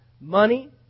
money